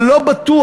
אבל לא בטוח,